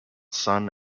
sun